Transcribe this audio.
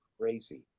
crazy